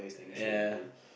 ya